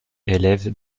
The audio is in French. élève